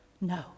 no